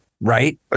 Right